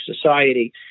Society